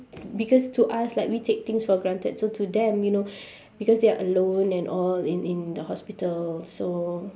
because to us like we take things for granted so to them you know because they are alone and all in in the hospital so